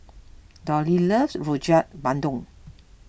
Dollie loves Rojak Bandung